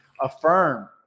Affirm